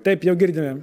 taip jau girdime